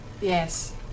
Yes